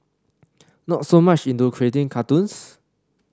not so much into creating cartoons